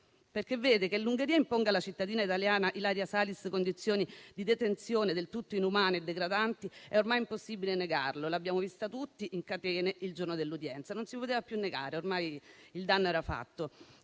Ministro, che l'Ungheria imponga alla cittadina italiana Ilaria Salis condizioni di detenzione del tutto inumane e degradanti è ormai impossibile negarlo: l'abbiamo vista tutti in catene il giorno dell'udienza; non si poteva più negare, ormai il danno era fatto.